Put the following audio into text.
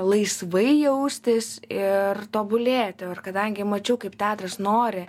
laisvai jaustis ir tobulėti ir kadangi mačiau kaip teatras nori